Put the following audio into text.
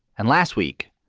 and last week,